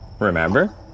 Remember